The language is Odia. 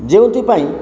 ଯେଉଁଥିପାଇଁ